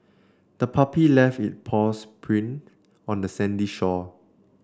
the puppy left its paws print on the sandy shore